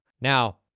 now